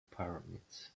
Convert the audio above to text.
pyramids